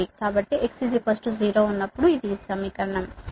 కాబట్టి x 0 ఉన్నప్పుడు ఈ సమీకరణం